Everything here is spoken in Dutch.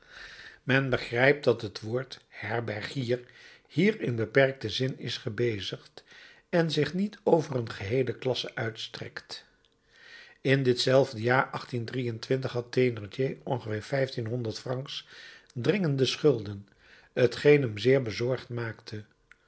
men begrijpt dat het woord herbergier hier in beperkten zin is gebezigd en zich niet over een geheele klasse uitstrekt in ditzelfde jaar had thénardier ongeveer vijftienhonderd francs dringende schulden t geen hem zeer bezorgd maakte